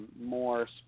more